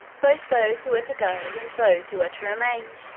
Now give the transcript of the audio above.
both those who were to go and those who were to remain.